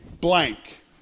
blank